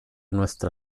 nuestra